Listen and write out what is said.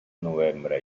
novembre